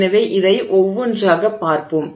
எனவே இதை ஒவ்வொன்றாக பார்ப்போம்